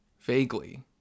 vaguely